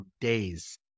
days